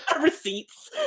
Receipts